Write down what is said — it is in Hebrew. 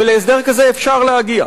ולהסדר כזה אפשר להגיע.